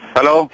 Hello